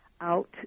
out